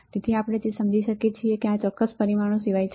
તેથી આપણે જે સમજીએ છીએ તે આ ચોક્કસ પરિમાણો સિવાય છે